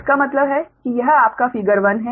इसका मतलब है कि यह आपका फिगर 1 है